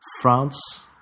France